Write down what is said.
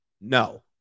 no